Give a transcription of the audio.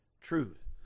truth